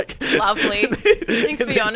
Lovely